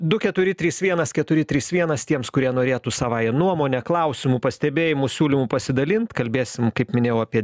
du keturi trys vienas keturi trys vienas tiems kurie norėtų savąja nuomone klausimų pastebėjimų siūlymų pasidalint kalbėsim kaip minėjau apie